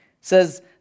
says